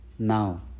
now